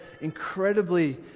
incredibly